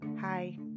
Hi